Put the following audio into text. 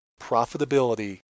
profitability